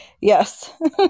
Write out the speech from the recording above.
yes